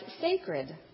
sacred